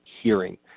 hearing